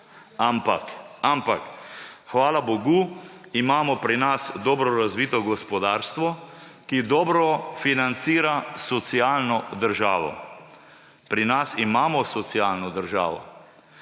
Ampak, hvala bogu, imamo pri nas dobro razvito gospodarstvo, ki dobro financira socialno državo. Pri nas imamo socialno državo.